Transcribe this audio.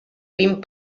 vint